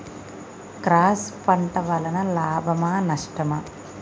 Cross పంట వలన లాభమా నష్టమా?